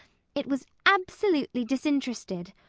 it was absolutely disinterested.